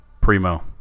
primo